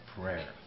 prayer